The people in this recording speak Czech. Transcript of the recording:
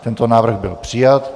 Tento návrh byl přijat.